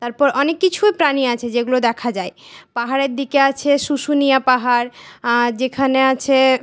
তারপর অনেক কিছুই প্রাণী আছে যেগুলো দেখা যায় পাহাড়ের দিকে আছে শুশুনিয়া পাহাড় যেখানে আছে